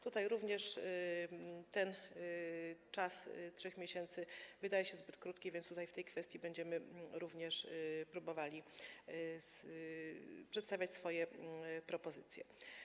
Tutaj również ten czas 3 miesięcy wydaje się zbyt krótki, więc w tej kwestii będziemy próbowali przedstawić swoje propozycje.